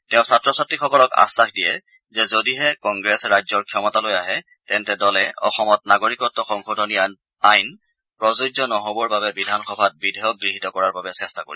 তেওঁ ছাত্ৰ ছাত্ৰীসকলক আখাস দিয়ে যে যদিহে কংগ্ৰেছ ৰাজ্যৰ ক্ষমতালৈ আহে তেন্তে দলে অসমত নাগৰিকত্ব সংশোধনী আইন প্ৰযোজ্য নহ'বৰ বাবে বিধানসভাত বিধেয়ক গৃহীত কৰাৰ বাবে চেষ্টা কৰিব